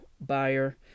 buyer